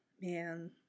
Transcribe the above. man